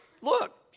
look